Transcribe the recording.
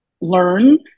learn